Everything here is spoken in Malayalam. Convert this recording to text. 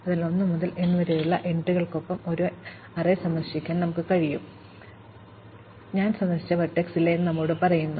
അതിനാൽ 1 മുതൽ n വരെയുള്ള എൻട്രികൾക്കൊപ്പം ഒരു അറേ സന്ദർശിക്കാൻ ഞങ്ങൾക്ക് കഴിയും ഇത് ഞാൻ സന്ദർശിച്ച വെർടെക്സ് ഇല്ലേ എന്ന് നമ്മോട് പറയുന്നു